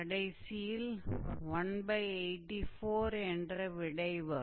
கடைசியில் 184 என்ற விடை வரும்